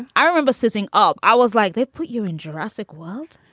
i remember sitting up, i was like, they put you in jurassic world?